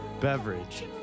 beverage